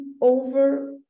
over